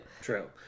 True